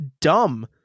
dumb